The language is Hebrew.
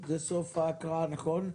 זה סוף ההקראה נכון?